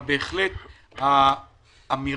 אבל בהחלט האמירה